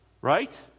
Right